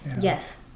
Yes